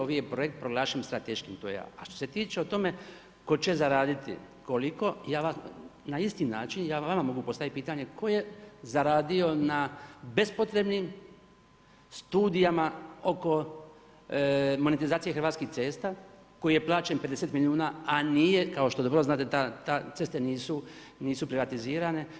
Ovdje je projekt proglašen strateškim … a što se tiče o tome, tko će zaraditi, koliko, na isti način, ja vama mogu postaviti pitanje, tko je zaradio na bespotrebnim studijama, oko monetizacije Hrvatskih cesta, koji je plaćen 50 milijuna, a nije, kao što dobro znate, te ceste nisu privatiziran.